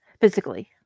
physically